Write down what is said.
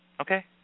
okay